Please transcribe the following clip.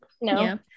No